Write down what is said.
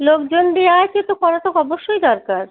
লোকজন দেওয়া আছে তো করা তো অবশ্যই দরকার